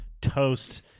toast